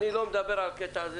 אני לא מדבר על הקטע הזה